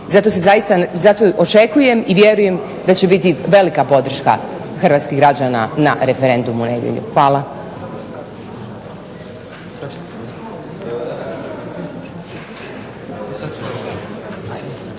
zato se zaista, zato očekujem i vjerujem da će biti velika podrška Hrvatskih građana u nedjelju na referendumu. Hvala.